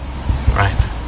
right